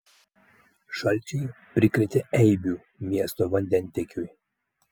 šalčiai prikrėtė eibių miesto vandentiekiui